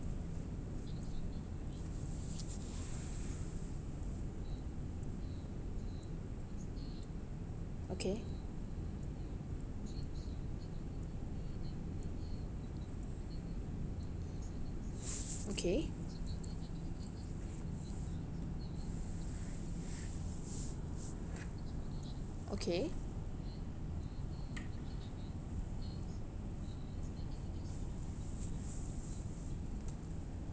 okay okay okay